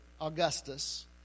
Augustus